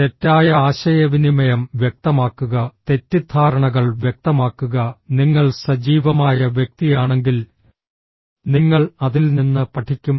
തെറ്റായ ആശയവിനിമയം വ്യക്തമാക്കുക തെറ്റിദ്ധാരണകൾ വ്യക്തമാക്കുക നിങ്ങൾ സജീവമായ വ്യക്തിയാണെങ്കിൽ നിങ്ങൾ അതിൽ നിന്ന് പഠിക്കും